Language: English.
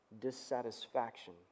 dissatisfaction